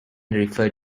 refer